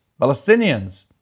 Palestinians